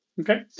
Okay